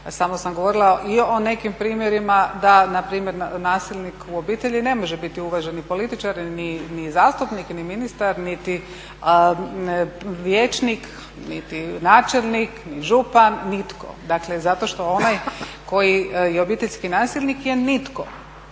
samo sam govorila i o nekim primjerima da npr. nasilnik u obitelji ne može biti uvaženi političar ni zastupnik ni ministar niti vijećnik niti načelnik ni župan, nitko, zato što onaj koji je obiteljski nasilnik je nitko,